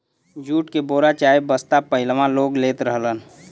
jute के बोरा चाहे बस्ता पहिलवां लोग लेत रहलन